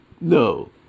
No